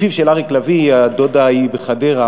בשיר של אריק לביא הדודה היא בחדרה,